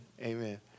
Amen